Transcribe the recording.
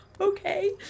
Okay